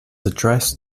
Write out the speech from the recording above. addressed